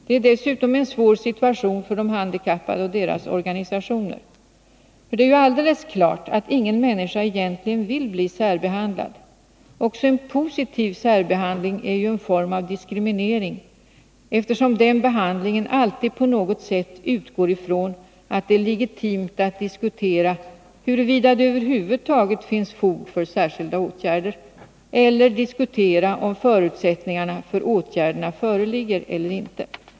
Det gör dessutom situationen svår för de handikappade och deras organisationer, för det är ju alldeles klart att ingen människa egentligen vill bli särbehandlad. Också en positiv särbehandling är ju en form av diskriminering, eftersom den behandlingen alltid på något sätt utgår ifrån att det är legitimt att diskutera huruvida det över huvud taget finns fog för särskilda åtgärder eller att diskutera om förutsättningarna för åtgärderna föreligger eller inte.